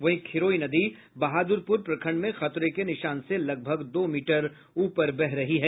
वहीं खिरोई नदी बहादुरपुर प्रखंड में खतरे के निशान से लगभग दो मीटर ऊपर बह रही है